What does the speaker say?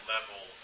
level